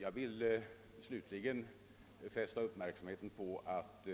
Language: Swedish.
Jag vill slutligen fästa uppmärksamheten på att